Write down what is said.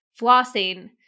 flossing